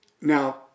Now